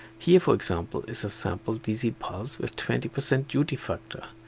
here for example is a sample dc pulse with twenty percent duty factor.